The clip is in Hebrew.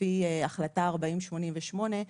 לפי החלטה 4088,